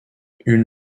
une